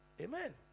Amen